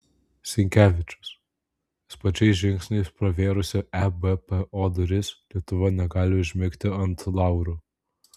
sinkevičius sparčiais žingsniais pravėrusi ebpo duris lietuva negali užmigti ant laurų